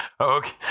Okay